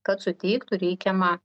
kad suteiktų reikiamą